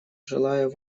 желаю